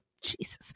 Jesus